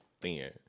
thin